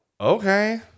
Okay